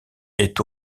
est